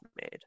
made